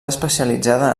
especialitzada